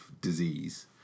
disease